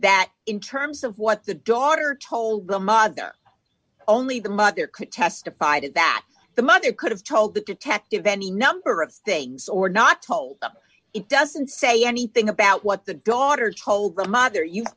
that in terms of what the daughter told the mother only the mother could testified that the mother could have told the detective any number of things or not it doesn't say anything about what the daughter told her mother you've